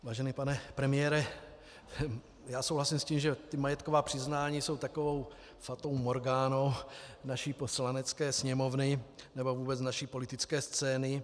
Vážený pane premiére, já souhlasím s tím, že majetková přiznání jsou takovou fatou morgánou naší Poslanecké sněmovny nebo vůbec naší politické scény.